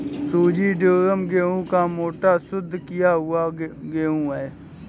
सूजी ड्यूरम गेहूं का मोटा, शुद्ध किया हुआ गेहूं है